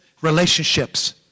relationships